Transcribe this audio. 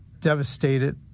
devastated